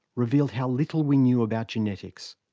revealed how little we knew about genetics.